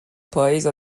پاییز